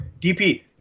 DP